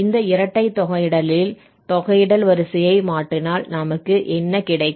இந்த இரட்டை தொகையிடலில் தொகையிடல் வரிசையை மாற்றினால் நமக்கு என்ன கிடைக்கும்